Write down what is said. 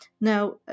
Now